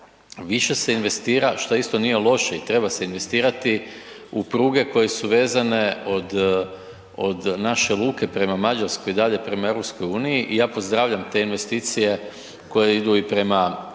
više se investira što isto nije loše i treba se investirati u pruge koje su vezane od naše luke prema Mađarskoj i dalje prema EU i ja pozdravljam te investicije koje idu i prema